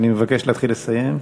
אני מבקש להתחיל לסיים.